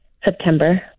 September